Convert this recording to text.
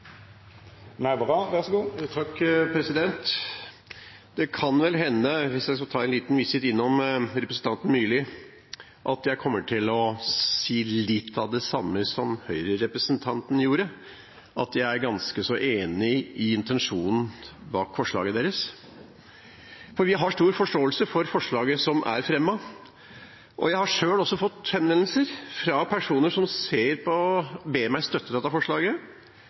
kan vel hende – hvis jeg skal ta en liten visitt innom representanten Myrli – at jeg kommer til å si litt av det samme som Høyre-representanten gjorde, at jeg er ganske så enig i intensjonen bak forslaget deres. For vi har stor forståelse for forslaget som er fremmet. Jeg har selv også fått henvendelser fra personer som ber meg støtte dette forslaget.